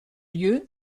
lieu